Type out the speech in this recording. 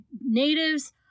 natives